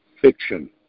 fiction